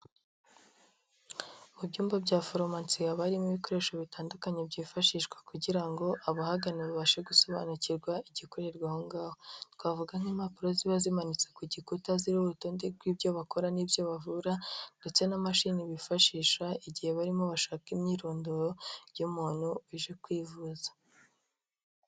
Mu byumba bya foromasi haba harimo ibikoresho bitandukanye byifashishwa kugira ngo abahagana babashe gusobanukirwa igikorerwa aho ngaho, twavuga nk'impapuro ziba zimanitse ku gikuta zirimo urutonde rw'ibyo bakora n'ibyo bavura ndetse n'imashini bifashisha igihe barimo bashaka imyirondoro y'umuntu uje kwivuza.